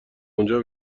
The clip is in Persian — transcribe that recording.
اونجا